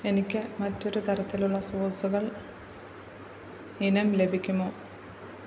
എനിക്ക് മറ്റൊരു തരത്തിലുള്ള സോസുകൾ ഇനം ലഭിക്കുമോ